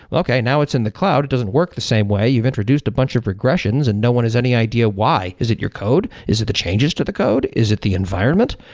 okay, now it's in the cloud. it doesn't work the same way. you've introduced a bunch of regressions and no one has any idea why. is it your code? is it the changes to the code? is it the environment?